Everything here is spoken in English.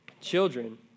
Children